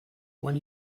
when